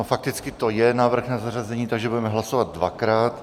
Fakticky to je návrh na zařazení, takže budeme hlasovat dvakrát.